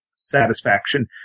satisfaction